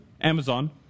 Amazon